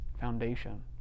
foundation